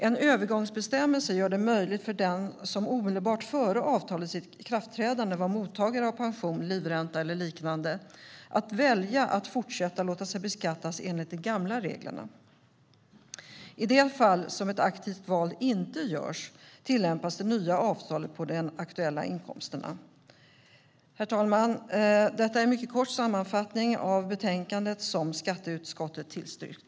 En övergångsbestämmelse gör det möjligt för den som omedelbart före avtalets ikraftträdande var mottagare av pension, livränta eller liknande att välja att fortsätta låta sig beskattas enligt de gamla reglerna. I de fall ett aktivt val inte görs tillämpas det nya avtalet på de aktuella inkomsterna. Herr talman! Det är en mycket kort sammanfattning av det betänkande som skatteutskottet tillstyrkt.